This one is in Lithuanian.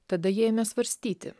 tada jie ėmė svarstyti